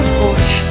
push